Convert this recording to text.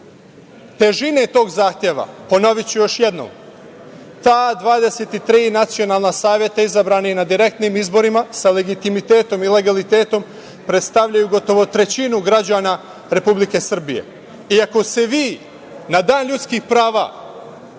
težine tog zahteva, ponoviću još jednom, ta 23 nacionalna saveta izabrani na direktnim izborima sa legitimitetom i legalitetom predstavljaju gotovo trećinu građana Republike Srbije. I, ako se vi na Dan ljudskih prava